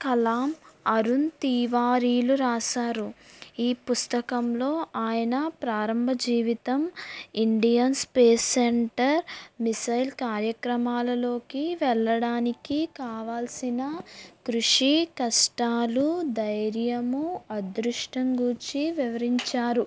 కలాం అరుణ్ తివారీలు రాశారు ఈ పుస్తకంలో ఆయన ప్రారంభ జీవితం ఇండియన్ స్పేస్ సెంటర్ మిస్సైల్ కార్యక్రమాలలో వెళ్ళడానికి కావాల్సిన కృషి కష్టాలు ధైర్యం అదృష్టం గూర్చి వివరించారు